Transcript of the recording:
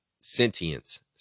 sentience